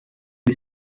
the